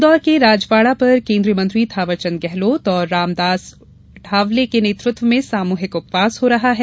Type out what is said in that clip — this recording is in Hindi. इंदौर के राजवाड़ा पर केंद्रीय मंत्री थावरचंद गहलोत और रामदास अठावले के नेतृत्व में सामूहिक उपवास हो रहा है